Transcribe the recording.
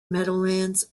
meadowlands